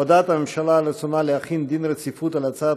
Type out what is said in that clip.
הודעת הממשלה על רצונה להחיל דין רציפות על הצעת